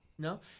No